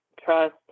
trust